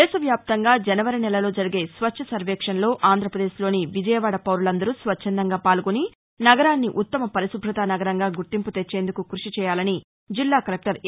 దేశవ్యాప్తంగా జనవరి నెలలో జరిగే స్వచ్చ సర్వేక్షణ్లో ఆంధ్రప్రదేశ్లోని విజయవాడ పౌరులందరూ స్వచ్చందంగా పాల్గొని నగరాన్ని ఉత్తమ పరిశుభత నగరంగా గుర్తింపు తెచ్చేందుకు కృషి చేయాలని జిల్లా కలెక్టర్ ఎ